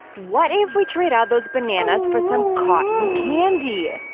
what if we trade out those bananas for some cotton candy? ah